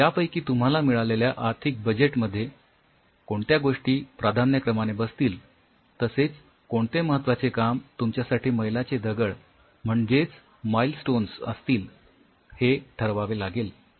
आणि यापैकी तुम्हाला मिळालेल्या आर्थिक बजेट मध्ये कोणत्या गोष्टी कोणत्या प्राधान्यक्रमाने बसतील तसेच कोणते महत्वाचे काम तुमच्यासाठी मैलाचे दगड म्हणजेच माईलस्टोन्स असतील हे ठरवावे लागेल